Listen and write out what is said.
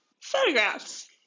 photographs